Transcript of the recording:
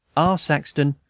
r. saxton,